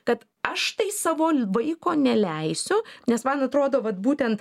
kad aš tai savo vaiko neleisiu nes man atrodo vat būtent